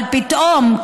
אבל פתאום,